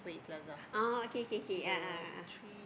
ah okay okay okay a'ah a'ah